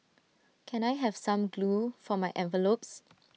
can I have some glue for my envelopes